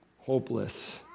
hopeless